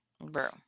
bro